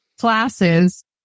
classes